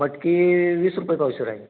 मटकी वीस रुपये पावशेर हाय